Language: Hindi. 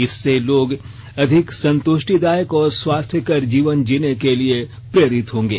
इससे लोग अधिक संतुष्टिदायक और स्वास्थ्यकर जीवन जीने के लिए प्रेरित होंगे